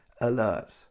alert